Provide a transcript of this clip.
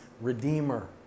redeemer